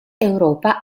europa